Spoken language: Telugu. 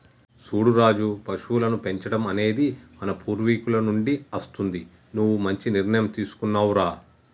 సూడు రాజు పశువులను పెంచడం అనేది మన పూర్వీకుల నుండి అస్తుంది నువ్వు మంచి నిర్ణయం తీసుకున్నావ్ రా